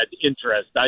interest